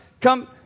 come